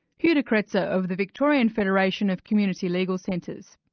hugh de kretser, of the victorian federation of community legal centres.